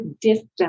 distance